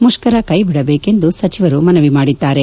ಮುಷ್ಕರ ಕೈಬಿಡಬೇಕೆಂದು ಸಚಿವರು ಮನವಿ ಮಾಡಿದ್ದಾರೆ